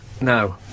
No